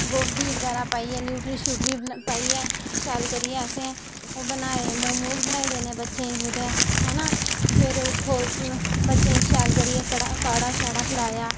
गोभी बगैरा पाइयै न्यूट्री शयूट्री पाइयै शैल करियै असें ओह् बनाए मोमोज़़ बनाए जेल्लै बच्चें गी कुतै हैना सबेरे उट्ठो बच्चें गी शैल करियै काढ़ा शाढ़ा पलाया